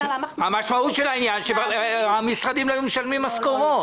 המשמעות של העניין שהמשרדים לא היו משלמים משכורות.